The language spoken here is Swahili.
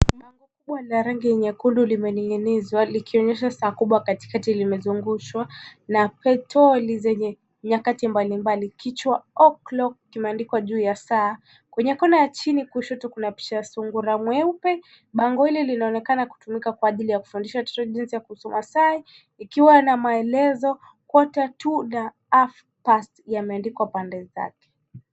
Bango kubwa la rangi nyekundu limainingzwa likionyesha saa kubwa katikati, limezungushwa na petoli zenye nyakati mbalimbali. Kichwa O'clock kimeandikwa juu ya saa. Kwenye kona ya chini kushoto, kuna picha ya sungura mweupe. Bango hili linaonekana kutumika kwa ajili ya kufundishia watoto jinsi ya kusoma saa, likiwa na maelezo quarter to na half past yameandikwa pande zake.